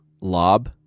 lob